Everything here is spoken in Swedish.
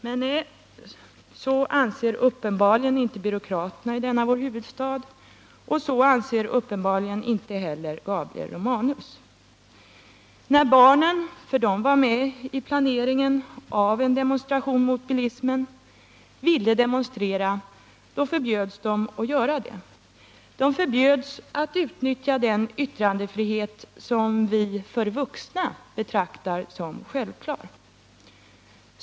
Men nej, så anser uppenbarligen inte byråkraterna i denna vår huvudstad, och så anser uppenbarligen inte heller Gabriel Romanus. När harnen — för de var med i planeringen av en demonstration mot bilismen — ville demonstrera förbjöds de att göra det. De förbjöds att utnyttja den yttrandefrihet som vi för vuxna betraktar som självklar.